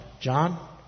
John